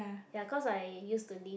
ya cause I used to live